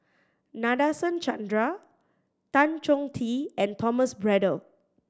Nadasen Chandra Tan Chong Tee and Thomas Braddell